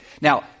now